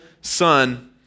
son